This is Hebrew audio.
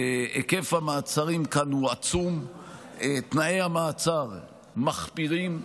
היקף המעצרים כאן הוא עצום, ותנאי המעצר מחפירים,